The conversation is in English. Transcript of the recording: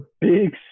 big